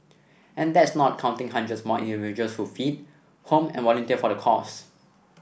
and that's not counting hundreds more individuals who feed home and volunteer for the cause